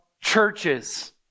churches